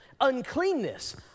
Uncleanness